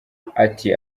ati